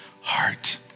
heart